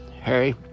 Harry